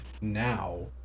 now